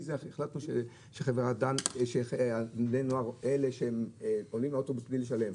זה החלטנו שבני הנוער האלה עולים לאוטובוס בלי לשלם.